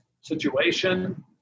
situation